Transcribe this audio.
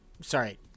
sorry